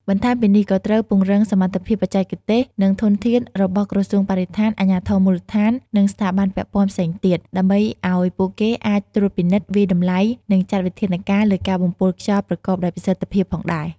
បន្ថែមពីនេះ ក៏ត្រូវពង្រឹងសមត្ថភាពបច្ចេកទេស និងធនធានរបស់ក្រសួងបរិស្ថាន អាជ្ញាធរមូលដ្ឋាន និងស្ថាប័នពាក់ព័ន្ធផ្សេងទៀត ដើម្បីឱ្យពួកគេអាចត្រួតពិនិត្យ វាយតម្លៃ និងចាត់វិធានការលើការបំពុលខ្យល់ប្រកបដោយប្រសិទ្ធភាពផងដែរ។